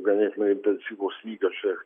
ganėtinai intensyvaus snygio čia